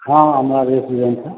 हाँ हाँ हमारा रेस्टोरेंट है